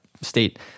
state